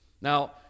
Now